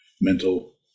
mental